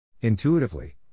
Intuitively